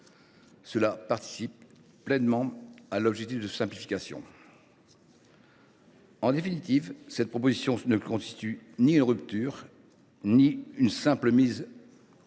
Cela participe pleinement à l’objectif de simplification. En définitive, cette proposition ne constitue ni une rupture ni une simple mise à jour